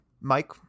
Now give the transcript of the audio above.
mike